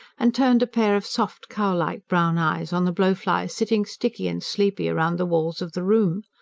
and turned a pair of soft, cow-like brown eyes on the blowflies sitting sticky and sleepy round the walls of the room.